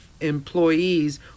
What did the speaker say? employees